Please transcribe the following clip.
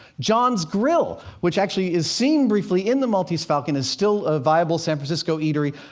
john's grill, which actually is seen briefly in the maltese falcon, is still a viable san francisco eatery,